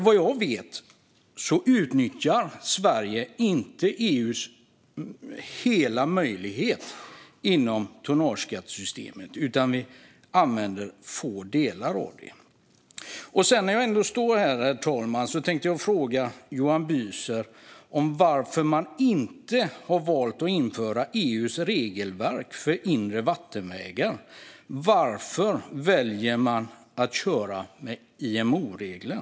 Vad jag vet utnyttjar Sverige inte EU:s hela möjlighet inom tonnageskattesystemet, utan vi använder få delar av det. Herr talman! När vi ändå står här tänkte jag också fråga Johan Büser varför man inte har valt att införa EU:s regelverk för inre vattenvägar. Varför väljer man att köra med IMO-regler?